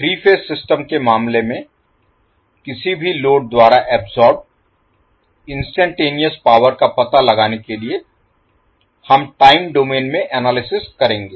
3 phase system के मामले में किसी भी लोड द्वारा अब्सोर्बेड इन्स्टान्टेनेयस Instantaneous तात्कालिक पावर का पता लगाने के लिए हम टाइम डोमेन में एनालिसिस करेंगे